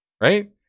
right